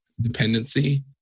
dependency